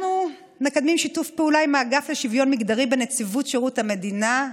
אנחנו מקדמים שיתוף פעולה עם האגף לשוויון מגדרי בנציבות שירות המדינה,